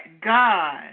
God